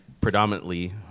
predominantly